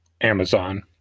amazon